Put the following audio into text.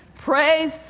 Praise